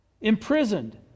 imprisoned